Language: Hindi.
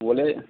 बोले